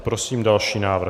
Prosím další návrh.